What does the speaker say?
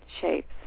shapes